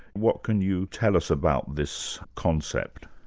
what can you tell us about this concept?